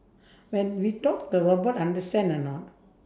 when we talk the robot understand or not